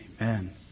amen